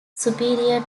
superior